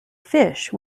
fish